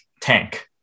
Tank